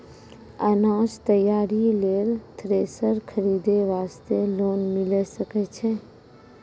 अनाज तैयारी लेल थ्रेसर खरीदे वास्ते लोन मिले सकय छै?